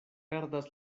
perdas